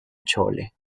chole